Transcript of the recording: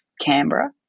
Canberra